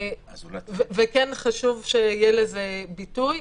חשוב שיהיה לזה ביטוי,